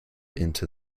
into